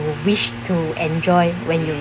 you wish to enjoy when you